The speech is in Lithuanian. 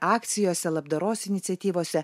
akcijose labdaros iniciatyvose